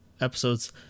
episodes